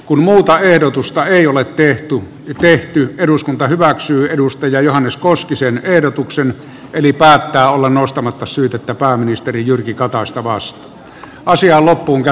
kun muuta ehdotusta ei ole tehty eduskunta hyväksynee edustaja johannes koskisen ehdotuksen eli päättää olla nostamatta syytettä pääministeri jyrki kataista vasta asian loppuun ja